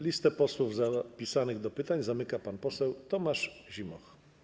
Listę posłów zapisanych do pytań zamyka pan poseł Tomasz Zimoch.